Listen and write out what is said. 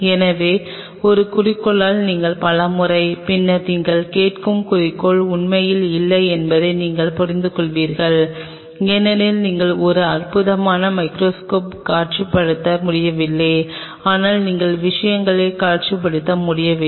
எனவே ஒரு குறிக்கோளால் நீங்கள் பல முறை பின்னர் நீங்கள் கேட்கும் குறிக்கோள் உண்மையில் இல்லை என்பதை நீங்கள் புரிந்துகொள்கிறீர்கள் ஏனெனில் நீங்கள் ஒரு அற்புதமான மைகிரோஸ்கோப் காட்சிப்படுத்த முடியவில்லை ஆனால் நீங்கள் விஷயங்களை காட்சிப்படுத்த முடியவில்லை